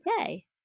okay